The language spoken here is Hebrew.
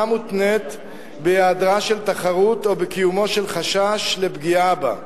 מותנית בהיעדרה של תחרות או בקיומו של חשש לפגיעה בה,